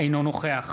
אינו נוכח